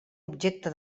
objecte